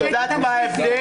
את יודעת מה ההבדל?